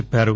చెప్పారు